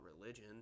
religion